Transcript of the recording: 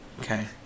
Okay